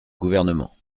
gouvernement